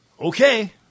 Okay